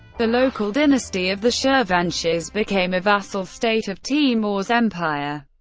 the local dynasty of the shirvanshahs became a vassal state of timur's empire,